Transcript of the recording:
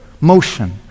motion